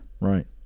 Right